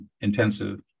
intensive